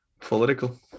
political